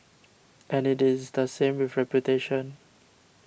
and it is the same with reputation